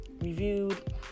reviewed